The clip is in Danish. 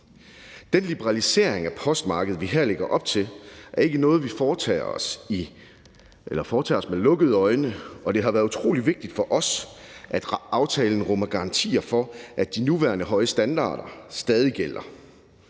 Den liberalisering af postmarkedet, vi her lægger op til, er ikke noget, vi foretager os med lukkede øjne, og det har været utrolig vigtigt for os, at aftalen rummer garantier for, at de nuværende høje standarder stadig gælder.